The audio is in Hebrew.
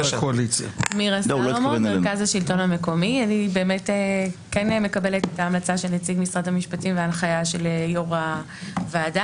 אני כן מקבלת את ההמלצה של נציג משרד המשפטים להנחיה של יו"ר הוועדה.